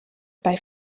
bei